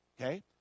Okay